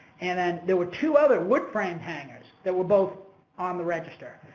and then there were two other wood frame hangars that were both on the register.